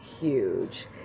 huge